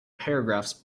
paragraphs